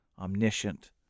omniscient